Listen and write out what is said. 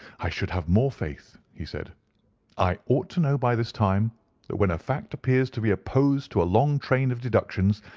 i should have more faith, he said i ought to know by this time that when a fact appears to be opposed to a long train of deductions,